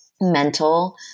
mental